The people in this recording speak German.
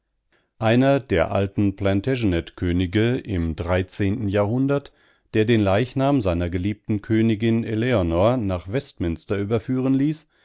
einer der alten plantagenetkönige im xiii jahrhundert der den leichnam seiner geliebten königin eleanor nach westminster überführen ließ